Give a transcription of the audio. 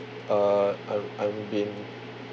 uh I've I've been